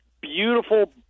beautiful